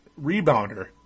rebounder